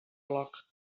bloc